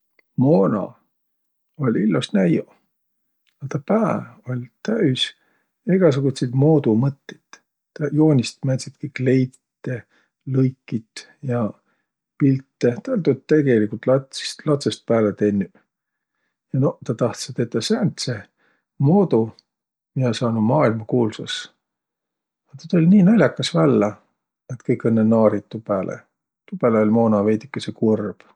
Moona oll' illos naanõ. Tä pää oll' täüs egäsugutsit moodumõttit. Tä joonist' määntsitki kleite, lõikit ja pilte. Tä oll' tuud tegeligult latsist- latsõst pääle tennüq. Ja noq tä tahtsõ tetäq sääntse moodu, miä saanuq maailmakuulsas. Tuu tull' nii nal'akas vällä, et kõik naariq õnnõ. Tuu pääle oll' Moona veidükese kurb.